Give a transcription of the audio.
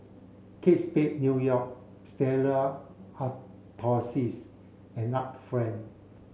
Kate Spade New York Stella Artois and Art Friend